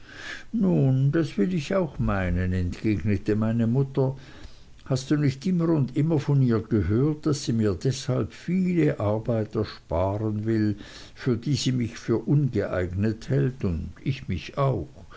nun das will ich auch meinen entgegnete meine mutter hast du nicht immer und immer von ihr gehört daß sie mir deshalb viele arbeit ersparen will für die sie mich für ungeeignet hält und ich mich auch